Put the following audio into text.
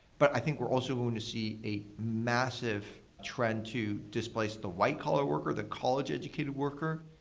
but i think we're also going to see a massive trend to displace the white collar worker, that college educated worker.